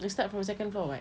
dia start from second floor [what]